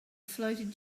floated